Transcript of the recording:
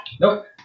Nope